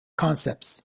concepts